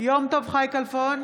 יום טוב חי כלפון,